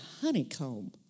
honeycomb